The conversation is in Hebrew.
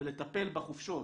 ולטפל בחופשות